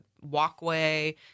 walkway